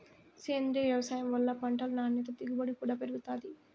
సేంద్రీయ వ్యవసాయం వల్ల పంటలు నాణ్యత దిగుబడి కూడా పెరుగుతాయి